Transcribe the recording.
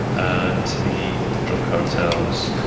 and the drug cartels.